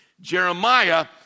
Jeremiah